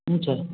अच्छा